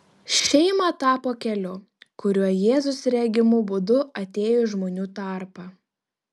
šeima tapo keliu kuriuo jėzus regimu būdu atėjo į žmonių tarpą